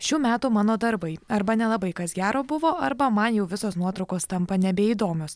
šių metų mano darbai arba nelabai kas gero buvo arba man jau visos nuotraukos tampa nebeįdomios